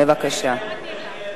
בבקשה.